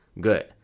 Good